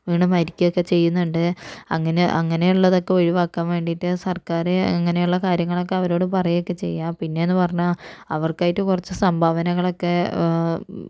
വീണ് മരിയ്ക്കുകയൊക്കെ ചെയ്യുന്നുണ്ട് അങ്ങനെ അങ്ങനെയുള്ളതൊക്കെ ഒഴിവാക്കാന് വേണ്ടിയിട്ട് സര്ക്കാർ അങ്ങനെയുള്ള കാര്യങ്ങളൊക്കെ അവരോട് പറയുകയൊക്കെ ചെയ്യുക പിന്നെ എന്നുപറഞ്ഞാൽ അവര്ക്കായിട്ട് കുറച്ച് സംഭാവനകളൊക്കെ ബ്